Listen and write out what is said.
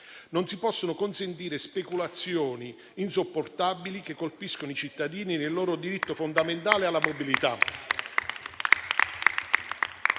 non si possono consentire speculazioni insopportabili che colpiscono i cittadini nel loro diritto fondamentale alla mobilità.